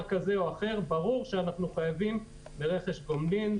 כלשהו ברור שאנחנו חייבים ברכש גומלין.